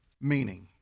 meaning